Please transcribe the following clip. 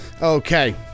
Okay